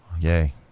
Yay